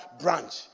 branch